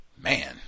man